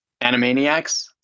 Animaniacs